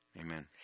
Amen